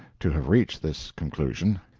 to have reached this conclusion.